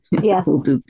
Yes